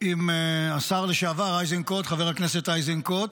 עם השר לשעבר חבר הכנסת איזנקוט,